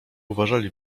uważali